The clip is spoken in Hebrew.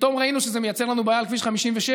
פתאום ראינו שזה מייצר לנו בעיה בכביש 57,